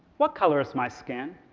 what color is my skin?